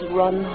run